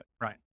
Right